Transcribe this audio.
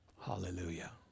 Hallelujah